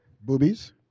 boobies